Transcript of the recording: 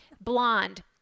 blonde